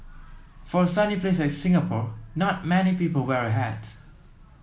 for a sunny place like Singapore not many people wear a hat